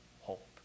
hope